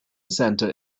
centre